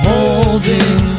Holding